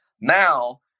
Now